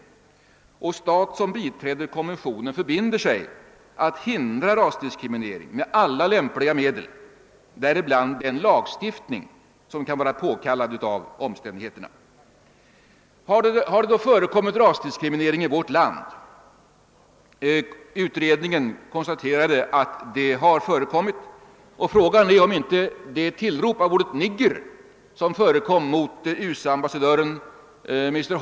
Stat som biträder konventionen förbinder sig att hindra diskriminering med alla lämpliga medel, däribland den lagstiftning som kan vara påkallad av omständigheterna. Har det då förekommit rasdiskriminering i vårt land? Utredningen konstaterade att det har förekommit, och frågan är om inte det tillrop av ordet >nigger> som förekom mot USA-ambassadören Mr.